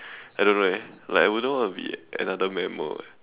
I don't know eh like I wouldn't want to be another mammal eh